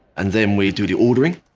and then we do the ordering.